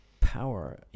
power